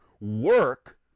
work